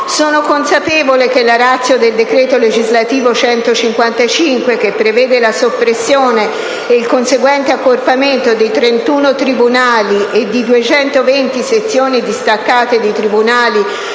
Sono consapevole che la *ratio* del decreto legislativo n. 155 del 2012, che prevede la soppressione e il conseguente accorpamento di 31 tribunali e di 220 sezioni distaccate di tribunale